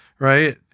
right